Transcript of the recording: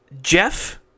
Jeff